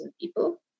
people